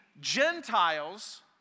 Gentiles